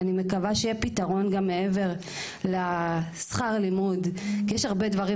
ואני מקווה שיהיה פתרון גם מעבר לשכר הלימוד כי יש הרבה דברים